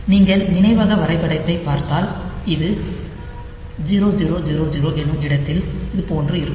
நீங்கள் நினைவக வரைபடத்தைப் பார்த்தால் இது 0000 என்னும் இடத்தில் இதுபோன்று இருக்கும்